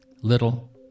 little